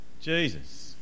Jesus